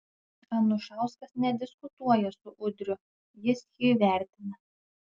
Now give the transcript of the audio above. anušauskas nediskutuoja su udriu jis jį vertina